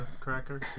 Cracker